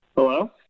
Hello